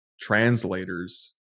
translators